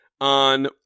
on